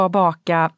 baka